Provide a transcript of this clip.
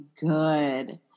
good